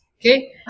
okay